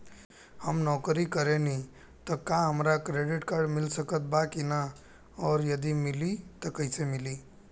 हम नौकरी करेनी त का हमरा क्रेडिट कार्ड मिल सकत बा की न और यदि मिली त कैसे मिली?